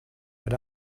but